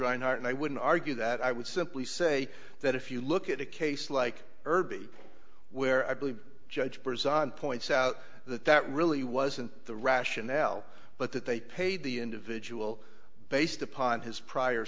reinhart and i wouldn't argue that i would simply say that if you look at a case like irby where i believe judge preside points out that that really wasn't the rationale but that they paid the individual based upon his prior